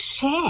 share